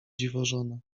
dziwożonę